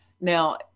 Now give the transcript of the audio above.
Now